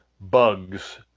bugs